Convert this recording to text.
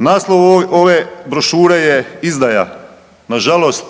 Naslov ove brošure je izdaja, nažalost